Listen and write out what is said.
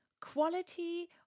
quality